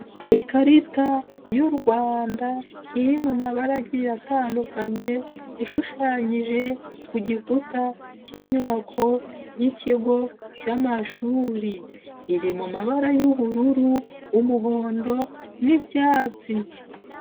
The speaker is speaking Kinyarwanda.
Ikarita y'u Rwanda iri mu mabara agiye atandukanye ishushanyije ku gikuta k'inyubako y'ikigo cy'amashuri, iri mu mabara y'ubururu, umuhondo n'icyatsi.